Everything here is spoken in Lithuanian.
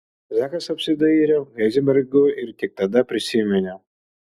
zakas apsidairė heizenbergo ir tik tada prisiminė